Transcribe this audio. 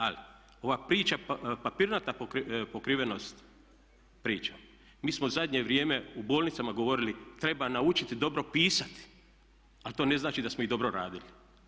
Ali ova priča papirnata pokrivenost priča, mi smo u zadnje vrijeme u bolnicama govorili treba naučiti dobro pisati, ali to ne znači da smo ih dobro radili.